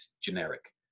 generic